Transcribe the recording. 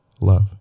love